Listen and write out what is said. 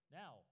now